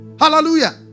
Hallelujah